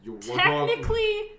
Technically